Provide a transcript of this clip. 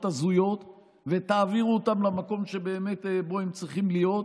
הזויות ותעבירו אותם למקום שבאמת הם צריכים להיות בו.